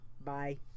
Bye